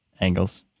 angles